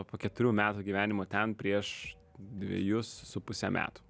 po keturių metų gyvenimo ten prieš dvejus su puse metų